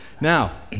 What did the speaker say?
Now